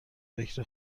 فکر